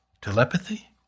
Telepathy